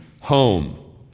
home